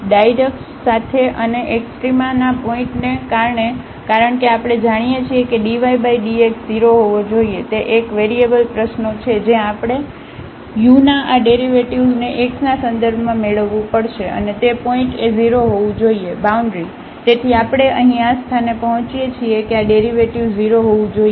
તેથી આ ડાયડ્ક્સ સાથે અને એક્સ્ટ્રામાના પોઇન્ટએ કારણ કે આપણે જાણીએ છીએ કે dydx 0 હોવો જોઈએ તે 1 વેરિયેબલ પ્રશ્નો છે જ્યાં આપણે યુના આ ડેરિવેટિવ્ઝ ને x ના સંદર્ભમાં મેળવવું પડશે અને તે પોઇન્ટએ 0 હોવું જોઈએ બાઉન્ડ્રી તેથી આપણે અહીં આ સ્થાને પહોંચીએ છીએ કે આ ડેરિવેટિવ્ઝ 0 હોવું જોઈએ